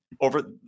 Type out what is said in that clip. Over